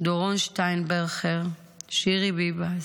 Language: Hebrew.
דורון שטיינבכר, שירי ביבס,